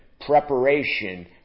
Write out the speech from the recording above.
Preparation